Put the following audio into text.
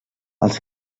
els